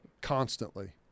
Constantly